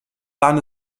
waren